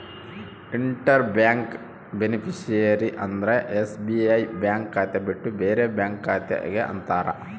inter bank beneficiary ಅಂದ್ರ SBI bank ಖಾತೆ ಬಿಟ್ಟು ಬೇರೆ ಬ್ಯಾಂಕ್ ಖಾತೆ ಗೆ ಅಂತಾರ